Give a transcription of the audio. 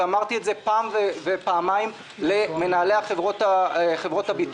אמרתי את זה פעם ופעמיים למנהלי חברות הביטוח,